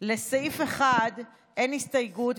לסעיף 1 אין הסתייגות,